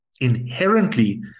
inherently